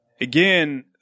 Again